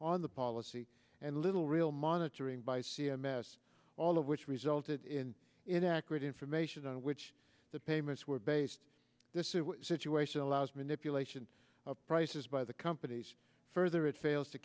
on the policy and little real monitoring by c m s all of which resulted in inaccurate information on which the payments were based this situation allows manipulation of prices by the companies further it fails to